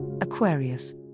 Aquarius